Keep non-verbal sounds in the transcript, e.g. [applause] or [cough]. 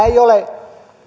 [unintelligible] ei ole